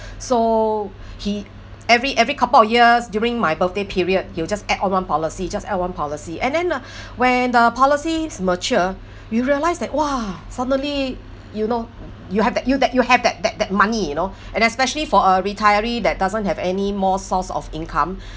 so he every every couple of years during my birthday period you just add one policy just add one policy and then uh when the policies mature we realised that !wah! suddenly you know you have that you that you have that that that money you know and especially for a retiree that doesn't have any more source of income